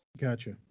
Gotcha